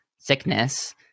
sickness